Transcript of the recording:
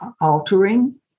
altering